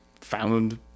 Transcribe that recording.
found